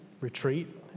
retreat